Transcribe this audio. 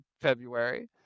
February